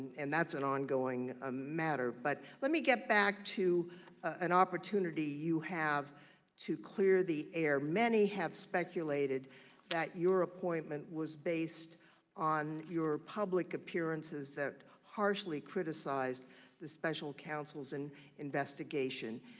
and that's an ongoing ah matter but, let me get back to an opportunity you have to clear the air, many have speculated that your appointment was based on your public appearances that harshly criticized the special counsel's and investigation,